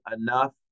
enough